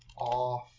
off